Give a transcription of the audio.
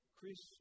Chris